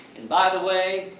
and by the way,